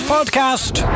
Podcast